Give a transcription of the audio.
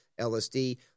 LSD